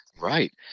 Right